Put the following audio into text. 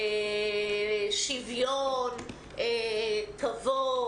שוויון, כבוד